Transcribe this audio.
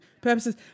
purposes